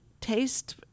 taste